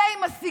אלה עם הסגנון,